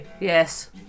Yes